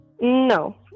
No